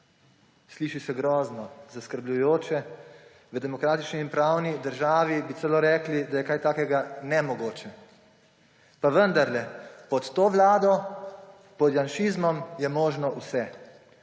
Sliši se grozno zaskrbljujoče. V demokratični in pravni državi bi celo rekli, da je kaj takega nemogoče. Pa vendarle pod to vlado, pod janšizmom je možno vse,